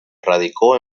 radicó